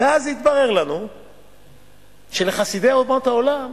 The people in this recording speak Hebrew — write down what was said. ואז התברר לנו שלחסידי אומות העולם